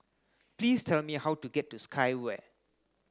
please tell me how to get to Sky Vue